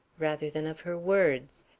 rather than of her words.